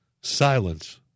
silence